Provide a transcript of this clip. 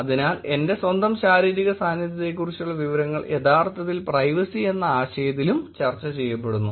അതിനാൽ എന്റെ സ്വന്തം ശാരീരിക സാന്നിധ്യത്തെക്കുറിച്ചുള്ള വിവരങ്ങൾ യഥാർത്ഥത്തിൽ പ്രൈവസി എന്ന ആശയത്തിലും ചർച്ച ചെയ്യപ്പെടുന്നു